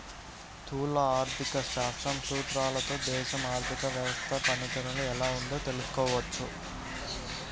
స్థూల ఆర్థిక శాస్త్రం సూత్రాలతో దేశంలో ఆర్థిక వ్యవస్థ పనితీరు ఎలా ఉందో తెలుసుకోవచ్చు